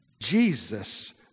Jesus